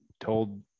told